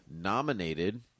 nominated